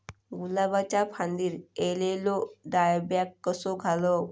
गुलाबाच्या फांदिर एलेलो डायबॅक कसो घालवं?